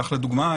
כך לדוגמה,